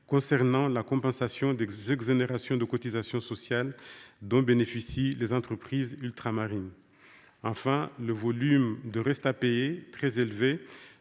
concernant la compensation des exonérations de cotisations sociales dont bénéficient les entreprises ultramarines. Enfin, le volume de restes à payer, qui est très élevé,